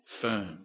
firm